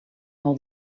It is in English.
how